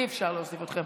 אי-אפשר להוסיף אתכם.